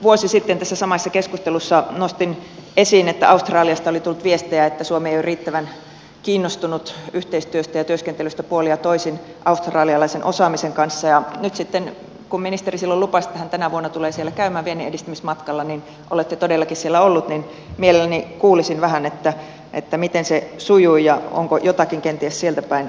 vuosi sitten tässä samaisessa keskustelussa nostin esiin että australiasta oli tullut viestejä että suomi ei ole riittävän kiinnostunut yhteistyöstä ja työskentelystä puolin ja toisin australialaisen osaamisen kanssa ja nyt sitten kun ministeri silloin lupasi että hän tänä vuonna tulee siellä käymään vienninedistämismatkalla ja olette todellakin siellä ollut niin mielelläni kuulisin vähän miten se sujui ja onko jotakin kenties sieltäpäin tulossa